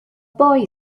boy